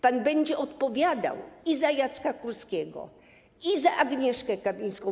Pan będzie odpowiadał i za Jacka Kurskiego, i za Agnieszkę Kamińską.